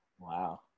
wow